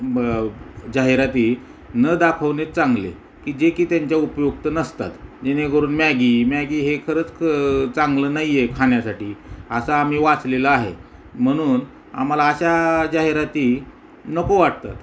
ब जाहिराती न दाखवणे चांगले की जे की त्यांच्या उपयुक्त नसतात जेणेकरून मॅगी मॅगी हे खरंच क चांगलं नाही आहे खाण्यासाठी असं आम्ही वाचलेला आहे म्हणून आम्हाला अशा जाहिराती नको वाटतात